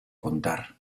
contar